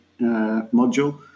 module